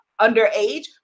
underage